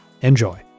enjoy